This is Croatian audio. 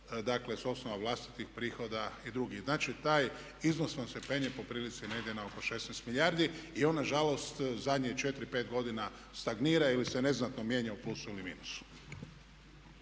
dakle sa osnova vlastitih prihoda i drugih. Znači taj iznos vam se penje po prilici negdje na oko 16 milijardi i on na žalost zadnjih četiri, pet godina stagnira ili se neznatno mijenja u plusu ili minusu.